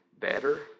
better